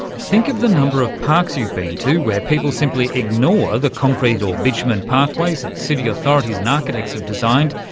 think of the number of parks you've been to where people simply ignore the concrete or bitumen pathways that city authorities and architects have designed,